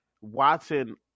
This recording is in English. Watson